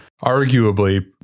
Arguably